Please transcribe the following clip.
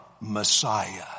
Messiah